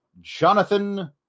Jonathan